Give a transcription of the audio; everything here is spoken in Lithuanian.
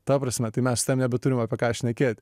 ta prasme tai mes su tavim nebeturim apie ką šnekėt